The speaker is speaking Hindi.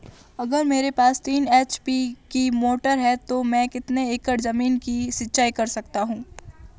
अगर मेरे पास तीन एच.पी की मोटर है तो मैं कितने एकड़ ज़मीन की सिंचाई कर सकता हूँ?